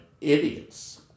idiots